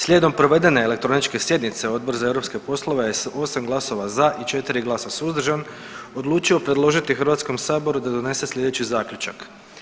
Slijedom provedene elektroničke sjednice Odbor za europske poslove je s 8 glasova za i 4 glasa suzdržan odlučio predložiti Hrvatskom saboru da donese slijedeći zaključak.